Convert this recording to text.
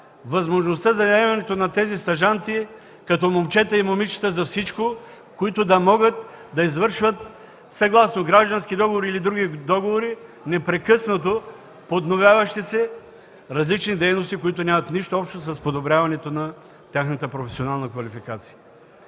възможността за наемането на тези стажанти като момчета и момичета за всичко, които да могат да извършват – съгласно граждански договор или други договори, непрекъснато подновяващи се, различни дейности, които нямат нищо общо с подобряването на тяхната професионална квалификация.